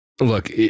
look